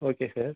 okay sir